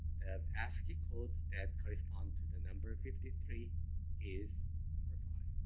the ascii codes that correspond to the number fifty three is number five.